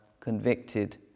convicted